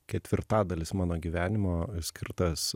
ketvirtadalis mano gyvenimo skirtas